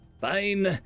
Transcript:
Fine